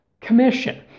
commission